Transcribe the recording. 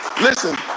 Listen